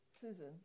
Susan